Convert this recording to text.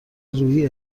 روحی